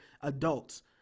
adults